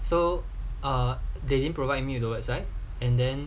so err they didn't provide me the website and then